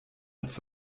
als